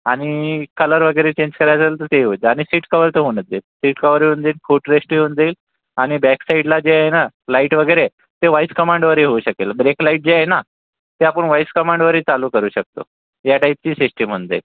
आणि कलर वगैरे चेंज करायचा असेल तर ते होईल आणि सीट कवर तर होऊनच जाईल सीट कवर होऊन जाईल फुटरेश्टही होऊन जाईल आणि बॅकसाईडला जे आहे ना लाइट वगैरे ते व्हाइस कमांडवरही होऊ शकेल ब्रेकलाईट जे आहे ना ते आपण व्हाइस कमांडवरही चालू करू शकतो या टाईपची सिस्टिम होऊन जाईल